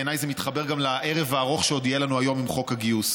בעיניי זה מתחבר גם לערב הארוך שעוד יהיה לנו היום עם חוק הגיוס.